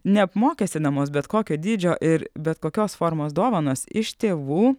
neapmokestinamos bet kokio dydžio ir bet kokios formos dovanos iš tėvų